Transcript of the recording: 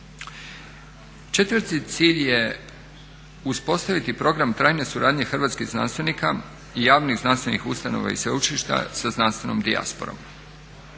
Četvrti cilj je uspostaviti program trajne suradnje hrvatskih znanstvenika i javnih znanstvenih ustanova i sveučilišta sa znanstvenom dijasporom.